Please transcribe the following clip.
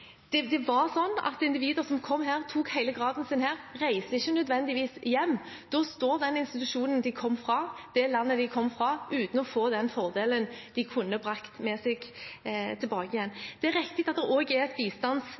Det var slik at individer som kom og tok hele graden sin her, ikke nødvendigvis reiste hjem. Da sto den institusjonen og det landet de kom fra, uten å få den fordelen de kunne brakt med seg tilbake. Det er riktig at det også er et